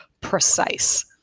precise